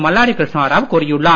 மல்லாடி கிருஷ்ணா ராவ் கூறியுள்ளார்